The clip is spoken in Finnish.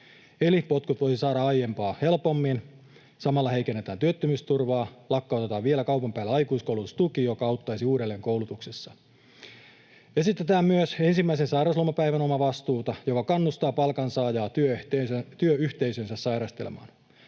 Eli potkut voi saada aiempaa helpommin. Samalla heikennetään työttömyysturvaa, lakkautetaan vielä kaupan päälle aikuiskoulutustuki, joka auttaisi uudelleenkoulutuksessa. Esitetään myös ensimmäisen sairauslomapäivän omavastuuta, joka kannustaa palkansaajaa työyhteisöönsä sairastelemaan.